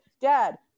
dad